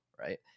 right